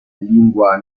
lingua